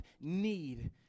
need